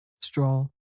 Straw